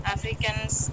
Africans